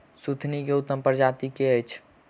सुथनी केँ उत्तम प्रजाति केँ अछि?